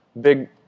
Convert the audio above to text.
Big